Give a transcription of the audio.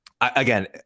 again